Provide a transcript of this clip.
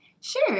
Sure